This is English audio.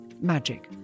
magic